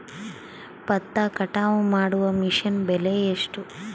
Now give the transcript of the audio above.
ಭತ್ತ ಕಟಾವು ಮಾಡುವ ಮಿಷನ್ ಬೆಲೆ ಎಷ್ಟು?